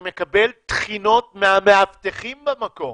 אני מקבל תחינות מהמאבטחים במקום.